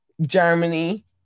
Germany